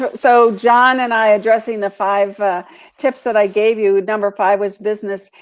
but so john and i addressing the five tips that i gave you, number five was business.